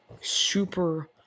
super-